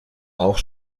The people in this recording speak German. auch